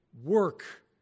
work